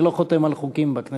אני לא חותם על חוקים בכנסת,